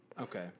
Okay